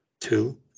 Two